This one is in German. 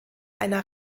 einer